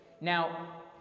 Now